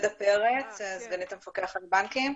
סגנית המפקח על הבנקים.